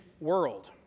world